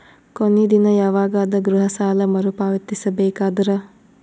ಕೊನಿ ದಿನ ಯವಾಗ ಅದ ಗೃಹ ಸಾಲ ಮರು ಪಾವತಿಸಬೇಕಾದರ?